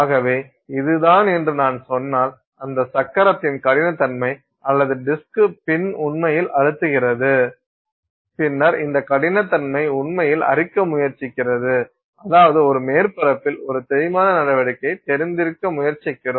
ஆகவே இதுதான் என்று நான் சொன்னால் அந்த சக்கரத்தின் கடினத்தன்மை அல்லது டிஸ்க் பின் உண்மையில் அழுத்துகிறது பின்னர் இந்த கடினத்தன்மை உண்மையில் அரிக்க முயற்சிக்கிறது அதாவது அந்த மேற்பரப்பில் ஒரு தேய்மான நடவடிக்கைகளை தெரிந்திருக்க முயற்சிக்கிறோம்